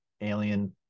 alien